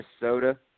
Minnesota